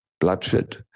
bloodshed